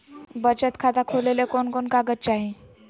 बचत खाता खोले ले कोन कोन कागज चाही?